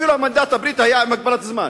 אפילו המנדט הבריטי היה עם הגבלת זמן.